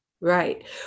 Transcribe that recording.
Right